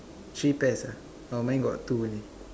three pairs ah orh mine got two only